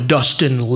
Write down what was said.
Dustin